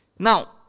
Now